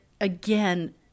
again